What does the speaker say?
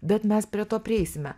bet mes prie to prieisime